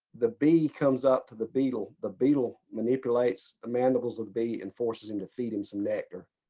the bee comes up to the beetle, the beetle manipulates the mandibles of the bee and forces him to feed him some nectar.